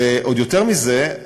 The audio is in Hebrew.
ועוד יותר מזה,